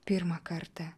pirmą kartą